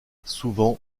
souvent